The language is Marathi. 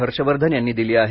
हर्ष वर्धन यांनी दिली आहे